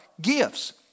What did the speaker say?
gifts